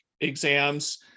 exams